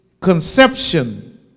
conception